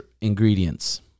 ingredients